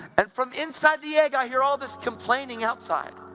and from inside the egg, i hear all this complaining outside